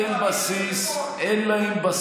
הם לא נכונים, אין להם בסיס, אין להם בסיס,